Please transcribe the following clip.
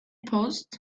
paused